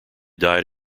died